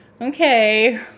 Okay